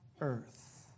earth